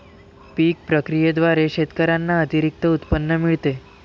पीक प्रक्रियेद्वारे शेतकऱ्यांना अतिरिक्त उत्पन्न मिळते